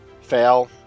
Fail